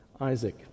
Isaac